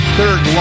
Third